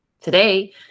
Today